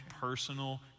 personal